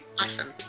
Awesome